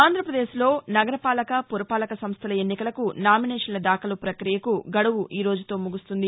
ఆంధ్రప్రదేశ్లో నగరపాలక పురపాలక సంస్థల ఎన్నికలకు నామినేషన్ల దాఖలు ప్రక్రియకు గడువు ఈ రోజుతో ముగుస్తుంది